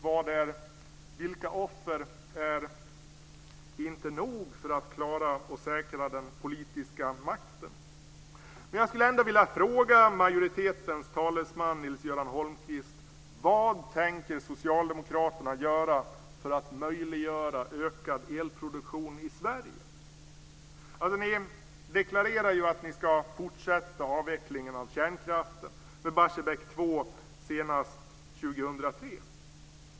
Vilka offer ska det till för att säkra den politiska makten? Göran Holmqvist vad Socialdemokraterna tänker göra för att öka elproduktionen i Sverige. Ni deklarerar ju att ni ska fortsätta avvecklingen av kärnkraften med Barsebäck 2 senast 2003.